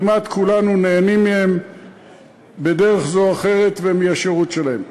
כמעט כולנו נהנים מהם בדרך זו או אחרת ומהשירות שלהם.